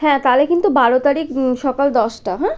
হ্যাঁ তালে কিন্তু বারো তারিখ সকাল দশটা হ্যাঁ